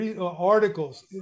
articles